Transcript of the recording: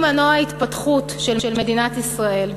הם מנוע ההתפתחות של מדינת ישראל.